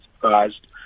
surprised